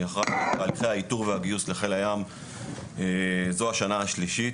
אני אחראי על האיתור והגיוס לחיל הים זו השנה השלישית.